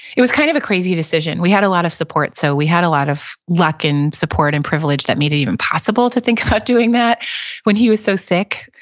it was kind of a crazy decision. we had a lot of support, so we had a lot of luck, and support, and privilege that made it even possible to think about doing that when he was so sick,